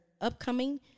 upcoming